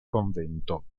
convento